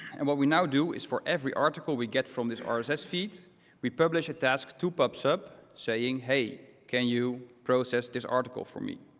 and what we now do is for every article we get from this ah rss feed, we publish a task to pub sub saying, hey, can you process this article for me?